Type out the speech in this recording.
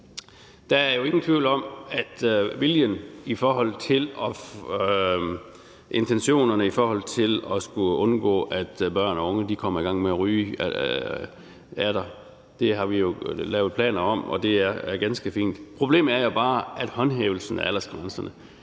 Der er jo ingen tvivl om, at viljen til det og intentionerne i forhold til at undgå, at børn og unge kommer i gang med at ryge, er der. Det har vi jo lavet planer om, og det er ganske fint. Problemet er bare, at håndhævelsen af aldersgrænserne